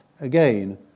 again